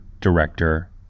director